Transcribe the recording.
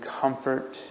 comfort